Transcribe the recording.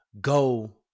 go